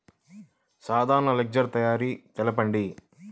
సాధారణ లెడ్జెర్ తయారి తెలుపండి?